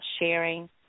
sharing